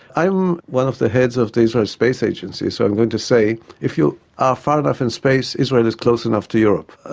i'm one of the heads of the israel space agency, so i'm going to say that if you are far enough in space, israel is close enough to europe,